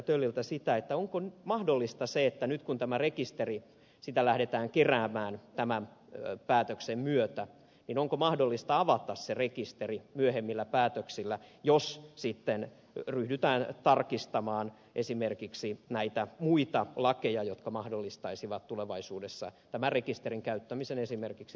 tölliltä sitä onko mahdollista nyt kun rekisteriä lähdetään keräämään tämän päätöksen myötä avata se rekisteri myöhemmillä päätöksillä jos sitten ryhdytään tarkistamaan esimerkiksi näitä muita lakeja jotka mahdollistaisivat tulevaisuudessa tämän rekisterin käyttämisen esimerkiksi rikollisten kiinnisaamiseksi